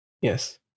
Yes